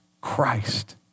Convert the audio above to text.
Christ